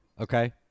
Okay